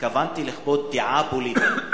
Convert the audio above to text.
התכוונתי: לכפות דעה פוליטית.